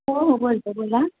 हो हो बोलतो आहे बोला